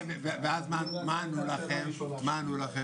ואז מה ענו לכם, מה ענו לכם?